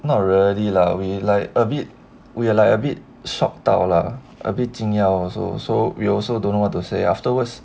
not really lah we like a bit we like a bit shock 到 lah a bit 惊讶 also so we also don't know what to say afterwards